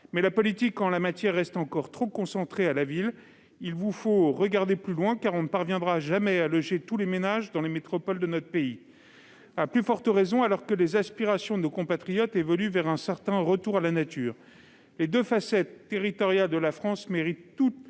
vie. La politique en la matière reste pourtant encore trop concentrée sur la ville. Il vous faut regarder plus loin, car on ne parviendra jamais à loger tous les ménages dans les métropoles de notre pays, à plus forte raison alors que les aspirations de nos compatriotes évoluent vers un certain retour à la nature. Les deux facettes territoriales de la France méritent, l'une comme